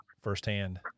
firsthand